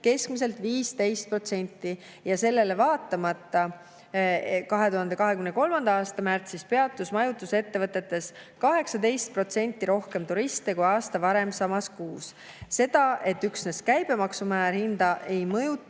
keskmiselt 15%. Sellele vaatamata peatus 2023. aasta märtsis majutusettevõtetes 18% rohkem turiste kui aasta varem samas kuus. Seda, et üksnes käibemaksumäär hinda ei mõjuta,